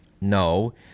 No